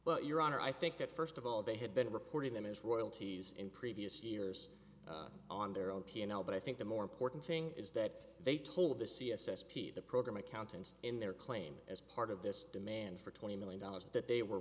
but your honor i think that first of all they had been reporting them as royalties in previous years on their own p and l but i think the more important thing is that they told the c s s p the program accountant in their claim as part of this demand for twenty million dollars that they were